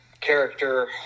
character